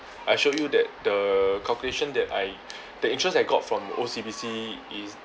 I showed you that the calculation that I the interest I got from O_C_B_C is